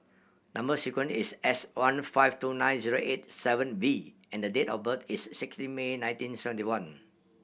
number sequence is S one five two nine zero eight seven V and date of birth is sixteen May nineteen seventy one